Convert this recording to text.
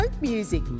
music